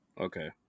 Okay